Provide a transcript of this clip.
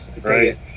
right